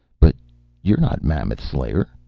but you're not mammoth-slayer,